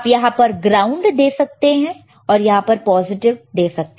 आप यहां पर ग्राउंड दे सकते हैं और यहां पर पॉजिटिव दे सकते हैं